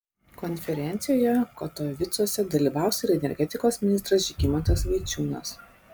konferencijoje katovicuose dalyvaus ir energetikos ministras žygimantas vaičiūnas